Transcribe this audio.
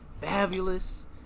Fabulous